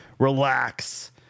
Relax